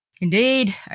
Indeed